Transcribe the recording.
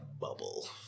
bubble